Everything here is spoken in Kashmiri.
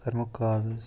بہٕ کرہو کال حظ